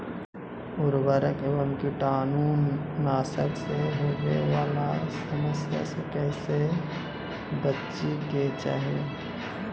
उर्वरक एवं कीटाणु नाशक से होवे वाला समस्या से कैसै बची के चाहि?